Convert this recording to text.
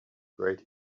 great